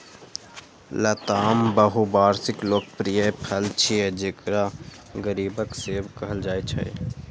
लताम बहुवार्षिक लोकप्रिय फल छियै, जेकरा गरीबक सेब कहल जाइ छै